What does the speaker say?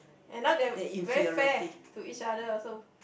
and not they very fair to each other also